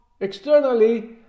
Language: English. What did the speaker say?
externally